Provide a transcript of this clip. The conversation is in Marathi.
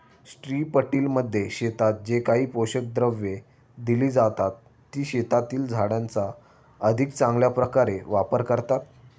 स्ट्रिपटिलमध्ये शेतात जे काही पोषक द्रव्ये दिली जातात, ती शेतातील झाडांचा अधिक चांगल्या प्रकारे वापर करतात